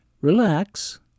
relax